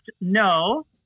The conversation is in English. no